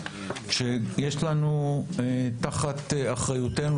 שיש תחת אחריותנו,